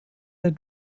der